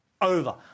over